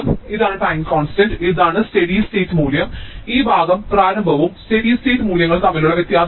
ഇതാണ് time constant ഇതാണ് steady state മൂല്യം ഈ ഭാഗം പ്രാരംഭവും സ്റ്റെഡി സ്റ്റേറ്റ് മൂല്യങ്ങൾ തമ്മിലുള്ള വ്യത്യാസമാണ്